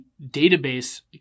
database